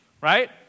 Right